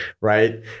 Right